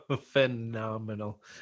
phenomenal